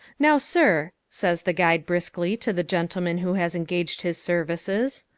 now, sir, says the guide briskly to the gentleman who has engaged his services,